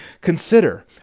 consider